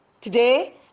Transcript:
Today